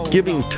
Giving